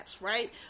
right